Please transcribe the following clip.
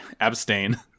Abstain